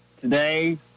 today